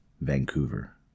Vancouver